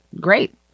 great